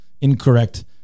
incorrect